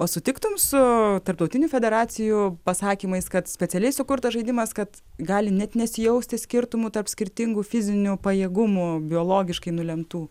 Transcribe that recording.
o sutiktum su tarptautinių federacijų pasakymais kad specialiai sukurtas žaidimas kad gali net nesijausti skirtumų tarp skirtingų fizinių pajėgumų biologiškai nulemtų